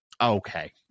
okay